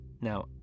Now